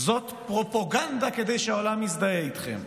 זאת פרופגנדה כדי שהעולם יזדהה איתכם.